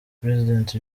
president